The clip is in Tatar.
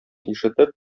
ишетеп